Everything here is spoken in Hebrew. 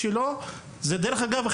דרך אגב,